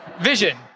Vision